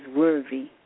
worthy